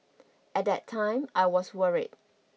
at that time I was worried